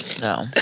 No